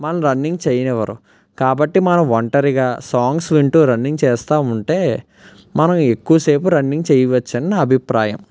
మనల్ని రన్నింగ్ చేయనివ్వరు కాబట్టి మనం ఒంటరిగా సాంగ్స్ వింటు రన్నింగ్ చేస్తు ఉంటే మనం ఎక్కువ సేపు రన్నింగ్ చేయవచ్చు అని నా అభిప్రాయం